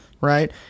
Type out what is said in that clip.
right